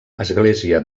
església